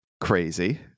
crazy